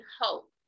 hope